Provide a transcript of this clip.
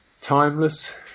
timeless